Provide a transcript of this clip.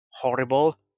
horrible